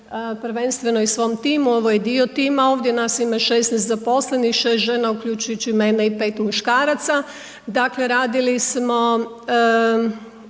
prvenstveno i svom timu, ovo je i dio tima ovdje, nas ima 16 zaposlenih, 6 žena uključujući i mene i 5 muškaraca.